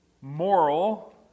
moral